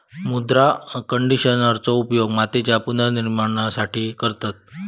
मृदा कंडिशनरचो उपयोग मातीच्या पुनर्निर्माणासाठी करतत